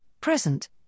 Present